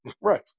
Right